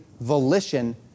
volition